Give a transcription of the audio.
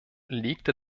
legte